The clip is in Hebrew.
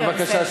בבקשה.